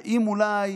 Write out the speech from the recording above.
האם אולי